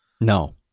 No